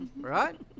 right